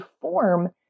form